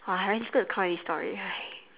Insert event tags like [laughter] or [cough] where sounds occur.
!wah! I really feel the cow in this story [breath]